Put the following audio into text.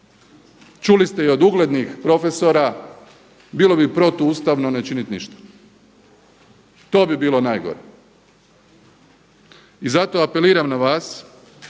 Čuli ste i od uglednih profesora bilo bi protu ustavno ne činit ništa. To bi bilo najgore. I zato apeliram na vas